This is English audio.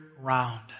round